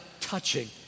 touching